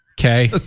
okay